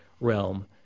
realm